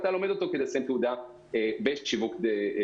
ואתה לומד אותו כדי לסיים תעודה בשיווק דיגיטלי,